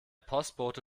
postbote